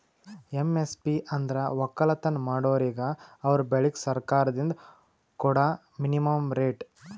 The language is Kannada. ಎಮ್.ಎಸ್.ಪಿ ಅಂದ್ರ ವಕ್ಕಲತನ್ ಮಾಡೋರಿಗ ಅವರ್ ಬೆಳಿಗ್ ಸರ್ಕಾರ್ದಿಂದ್ ಕೊಡಾ ಮಿನಿಮಂ ರೇಟ್